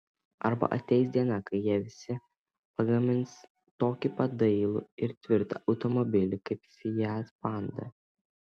arba ateis diena kai jie visi pagamins tokį pat dailų ir tvirtą automobilį kaip fiat panda